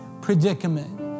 predicament